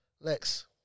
Lex